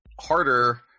harder